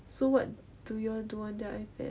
so what do you all do on their ipad